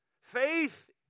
Faith